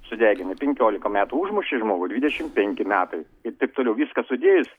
sudeginai penkiolika metų užmušei žmogų dvidešimt penki metai ir taip toliau viską sudėjus